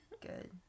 good